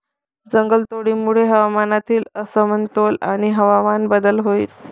जंगलतोडीमुळे हवामानातील असमतोल आणि हवामान बदल होईल